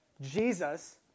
Jesus